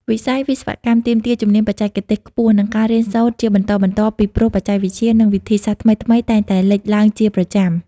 វិស័យវិស្វកម្មទាមទារ ជំនាញបច្ចេកទេសខ្ពស់ និងការរៀនសូត្រជាបន្តបន្ទាប់ពីព្រោះបច្ចេកវិទ្យា និងវិធីសាស្រ្តថ្មីៗតែងតែលេចឡើងជាប្រចាំ។